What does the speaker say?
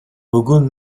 бүгүн